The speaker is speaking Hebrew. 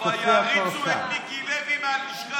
ויריצו את מיקי לוי מהלשכה.